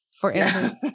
Forever